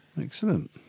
Excellent